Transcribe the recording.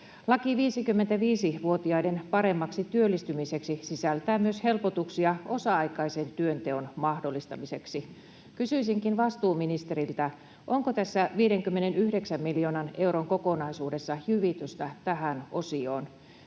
Laki 55-vuotiaiden paremmaksi työllistymiseksi sisältää myös helpotuksia osa-aikaisen työnteon mahdollistamiseksi. Kysyisinkin vastuuministeriltä, onko tässä 59 miljoonan euron kokonaisuudessa jyvitystä tähän osioon.